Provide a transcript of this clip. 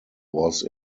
was